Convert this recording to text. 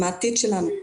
הם העתיד שלנו.